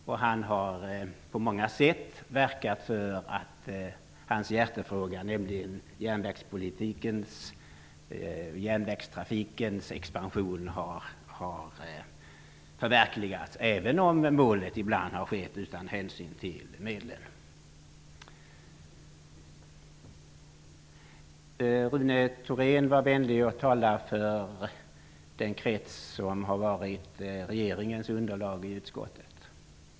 Hugo Bergdahl har på många sätt verkat för att hans hjärtefråga, nämligen järnvägtrafikens expansion, har förverkligats, även om målet ibland har uppnåtts utan hänsyn till medlen. Rune Thorén var vänlig att tala för den krets som har varit regeringens underlag i utskottet.